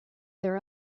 their